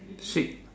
sweet